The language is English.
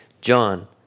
John